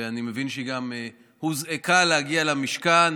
ואני מבין שהיא גם הוזעקה להגיע למשכן